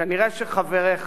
כנראה חבריך